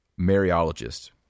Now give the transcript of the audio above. Mariologists